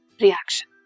reaction